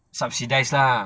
subsidise lah